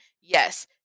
Yes